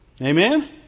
Amen